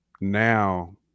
now